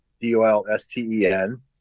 D-O-L-S-T-E-N